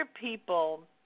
people